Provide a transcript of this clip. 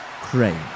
Crane